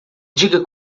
diga